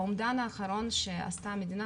האומדן האחרון שהמדינה עשתה,